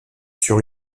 sur